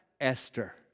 Esther